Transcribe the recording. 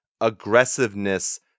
aggressiveness